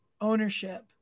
ownership